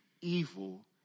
evil